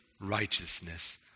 righteousness